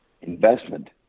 investment